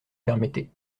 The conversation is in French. permettez